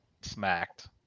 smacked